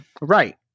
Right